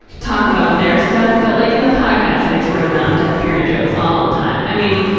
talk about their stuff. but like in the podcast i throw down dead parent jokes all the time. i mean,